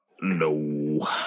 no